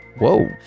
Whoa